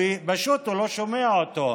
כי הוא פשוט הוא לא שמע אותו,